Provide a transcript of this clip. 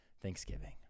Thanksgiving